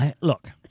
Look